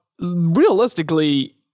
Realistically